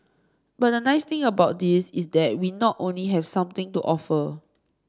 but the nice thing about this is that we not only have something to offer